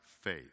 faith